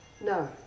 No